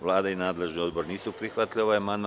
Vlada i nadležni odbor nisu prihvatili ovaj amandman.